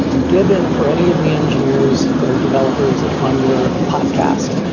given for any of the engineers or developers on your podcast,